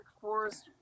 Forest